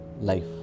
life